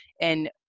And-